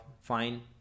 fine